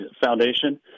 foundation